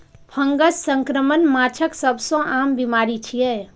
fungus संक्रमण माछक सबसं आम बीमारी छियै